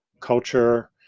culture